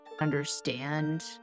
understand